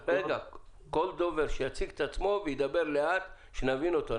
כל דובר שיציג את עצמו וידבר לאט שנבין אותו.